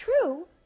true